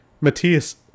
Matthias